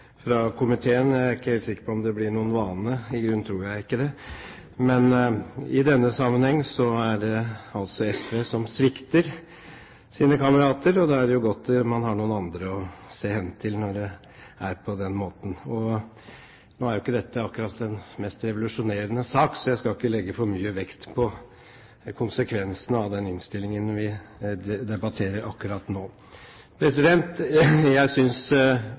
i komiteen. Jeg er ikke helt sikker på om det blir noen vane. I grunnen tror jeg ikke det. Men i denne sammenheng er det altså SV som svikter sine kamerater, og da er det godt at man har noen andre å se hen til, når det er på den måten. Nå er ikke dette akkurat den mest revolusjonerende saken, så jeg skal ikke legge for mye vekt på konsekvensene av den innstillingen vi debatterer akkurat nå. Jeg synes